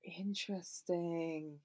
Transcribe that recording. interesting